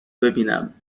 ببینم